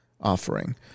offering